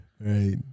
Right